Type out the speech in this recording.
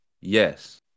Yes